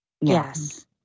Yes